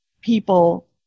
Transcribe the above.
people